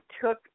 took